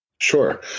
Sure